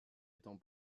étant